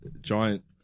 giant